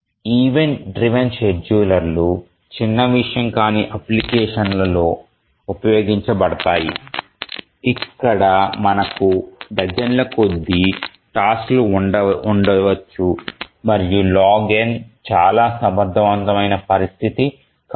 event driven షెడ్యూలర్లు చిన్న విషయం కాని అప్లికేషన్లలో ఉపయోగించబడతాయి ఇక్కడ మనకు డజన్ల కొద్దీ టాస్క్ లు ఉండవచ్చు మరియు log చాలా సమర్థవంతమైన పరిస్థితి కాదు